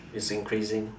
is increasing